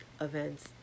events